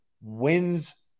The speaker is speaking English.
wins